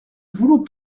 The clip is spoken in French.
voulons